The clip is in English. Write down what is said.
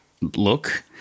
look